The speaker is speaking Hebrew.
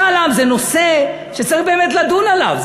משאל עם זה נושא שצריך באמת לדון עליו.